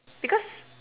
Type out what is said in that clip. because